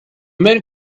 men